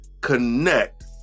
connect